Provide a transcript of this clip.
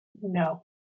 No